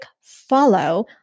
follow